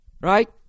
Right